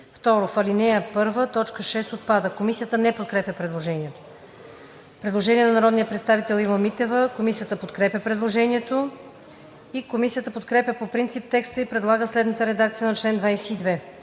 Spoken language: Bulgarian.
В ал. 1 т. 6 – отпада.“ Комисията не подкрепя предложението. Предложение на народния представител Ива Митева. Комисията подкрепя предложението. Комисията подкрепя по принцип текста и предлага следната редакция на чл. 22: